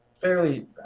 fairly